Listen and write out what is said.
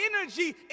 energy